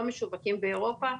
לא משווקים באירופה.